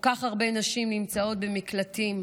כל כך הרבה נשים נמצאות במקלטים.